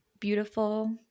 beautiful